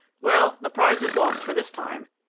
well, the prize is lost for this time,